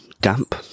damp